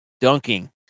dunking